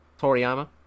Toriyama